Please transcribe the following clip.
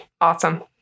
awesome